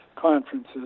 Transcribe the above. conferences